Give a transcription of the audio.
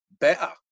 better